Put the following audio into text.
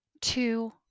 two